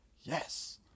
yes